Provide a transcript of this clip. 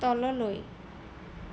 তললৈ